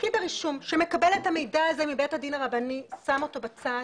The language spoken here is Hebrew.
פקיד הרישום שמקבל את המידע הזה מבית הדין הרבני שם אותו בצד